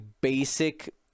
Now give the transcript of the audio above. basic